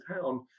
town